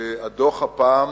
הדוח הפעם